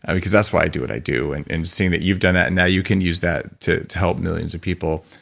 and because that's why i do what i do, and and seeing that you've done that, and now you can use that to help millions of people.